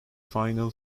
final